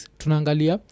tunangalia